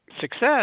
success